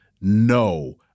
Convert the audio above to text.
no